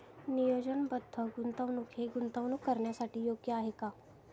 नियोजनबद्ध गुंतवणूक हे गुंतवणूक करण्यासाठी योग्य आहे का?